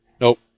Nope